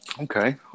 Okay